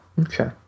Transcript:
Okay